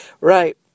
Right